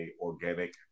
organic